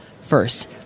first